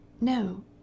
No